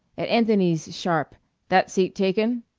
at anthony's sharp that seat taken?